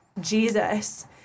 Jesus